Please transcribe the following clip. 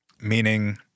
meaning